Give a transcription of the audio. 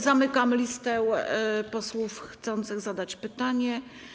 Zamykam listę posłów chcących zadać pytanie.